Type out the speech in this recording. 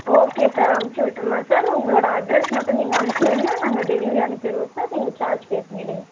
okay sir அனுச்சிவிட்ரலாம் sir உங்களோடய address மட்டும் நீங்கள் அனுச்சி வைங்க நாங்கள் டெலிவெரி அனுப்பிடுவோம் சார் நீங்கள் சார்ஜ் பே பண்ணிவிடுங்க